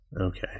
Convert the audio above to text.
Okay